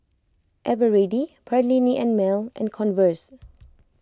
Eveready Perllini and Mel and Converse